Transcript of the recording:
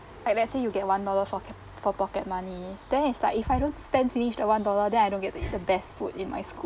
like let's say you get one dollar for ca~ for pocket money then it's like if I don't spend finish the one dollar then I don't get to the best food in my school